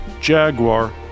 Jaguar